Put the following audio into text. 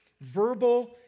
Verbal